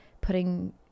putting